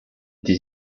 this